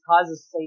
causes